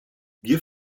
wir